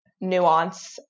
nuance